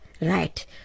Right